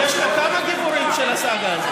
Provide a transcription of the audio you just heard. יש כאן כמה גיבורים של הסאגה הזאת,